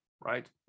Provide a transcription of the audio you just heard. right